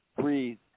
breathe